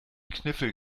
kniffel